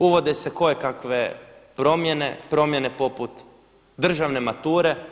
Uvode se kojekakve promjene, promjene poput državne mature.